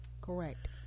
correct